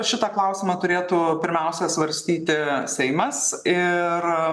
šitą klausimą turėtų pirmiausia svarstyti seimas ir